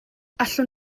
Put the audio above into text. allwn